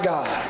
God